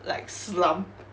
like slumped